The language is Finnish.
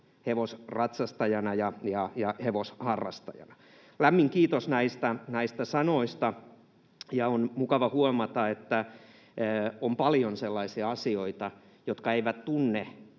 hevosratsastajana ja hevosharrastajana. Lämmin kiitos näistä sanoista. On mukava huomata, että on paljon sellaisia asioita, jotka eivät tunne